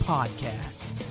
Podcast